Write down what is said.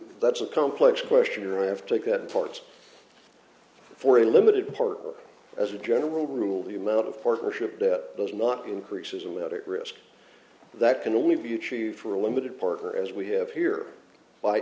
that's a complex question or i have to take that apart for a limited part as a general rule the amount of partnership that does not increases and that it risks that can only be achieved for a limited partner as we have here by